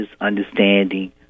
understanding